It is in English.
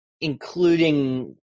Including